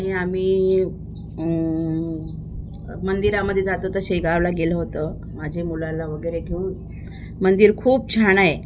आणि आम्ही मंदिरामध्ये जातो हो तर शेगावला गेलं होतं माझे मुलाला वगैरे घेऊन मंदिर खूप छान आहे